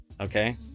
okay